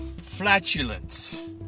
flatulence